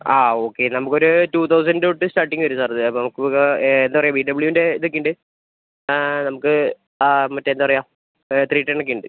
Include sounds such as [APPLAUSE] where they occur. ആ ഓക്കെ നമുക്കൊരു two thousand തൊട്ട് സ്റ്റാർട്ടിങ്ങ് വരും സാർ അത് [UNINTELLIGIBLE] എന്താണ് പറയുക ബി ഡബ്ലുൻ്റെ ഇതൊക്കെയുണ്ട് ആ നമുക്ക് ആ മറ്റേ എന്താണ് പറയുക ത്രീ ടെൻ ഒക്കെയുണ്ട്